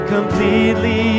Completely